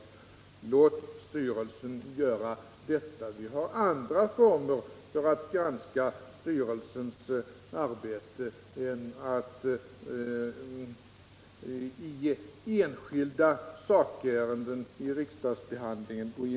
Låt styrelsen göra det. Vi har andra former för att granska styrelsens arbete än att gå in i enskilda sakärenden i riksdagsbehandlingen.